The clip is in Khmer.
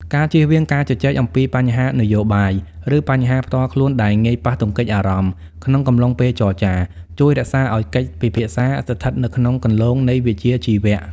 ការជៀសវាងការជជែកអំពីបញ្ហានយោបាយ ឬបញ្ហាផ្ទាល់ខ្លួនដែលងាយប៉ះទង្គិចអារម្មណ៍ក្នុងកំឡុងពេលចរចា ជួយរក្សាឱ្យកិច្ចពិភាក្សាស្ថិតនៅក្នុងគន្លងនៃវិជ្ជាជីវៈ។